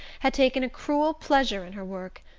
had taken a cruel pleasure in her work,